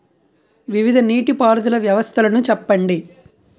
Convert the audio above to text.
వివిధ నీటి పారుదల వ్యవస్థలను చెప్పండి?